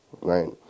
right